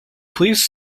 please